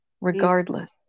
regardless